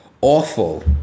awful